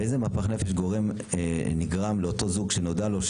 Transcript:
ואיזה מפח נפש נגרם לאותו זוג כשנודע לו,